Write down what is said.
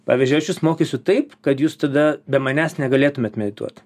pavyzdžiui aš jus mokysiu taip kad jūs tada be manęs negalėtumėt medituot